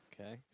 Okay